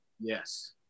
yes